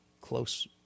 close